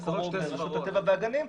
מקורו ברשות הטבע והגנים,